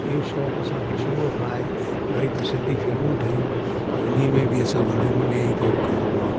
इहो शौंकु़ असांखे शुरूअ खां आहे वरी पोइ सिंधी फिल्मूं ठहियूं त उन्हीअ में बि असां घणनि में ई रोल कयो मां